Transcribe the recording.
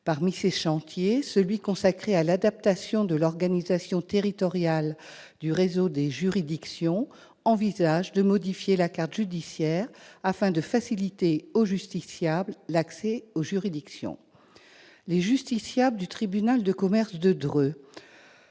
de celui qui est consacré à l'adaptation de l'organisation territoriale du réseau des juridictions, on envisage de modifier la carte judiciaire, afin de faciliter l'accès des justiciables aux juridictions. Les justiciables du tribunal de commerce résidant